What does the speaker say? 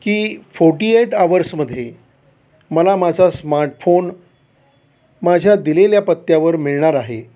की forty eight आवर्समध्ये मला माझा स्मार्टफोन माझ्या दिलेल्या पत्त्यावर मिळणार आहे